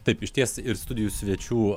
taip išties ir studijų svečių